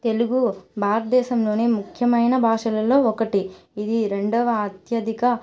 తెలుగు భారతదేశంలోనే ముఖ్యమైన భాషలలో ఒకటి ఇది రెండవ అత్యధిక